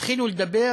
התחילו לדבר